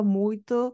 muito